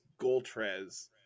Goltrez